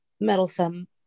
meddlesome